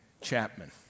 Chapman